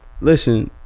Listen